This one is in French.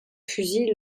fusil